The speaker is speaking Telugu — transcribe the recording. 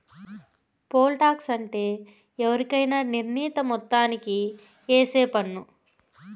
పోల్ టాక్స్ అంటే ఎవరికైనా నిర్ణీత మొత్తానికి ఏసే పన్ను